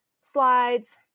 slides